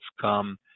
come